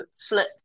flip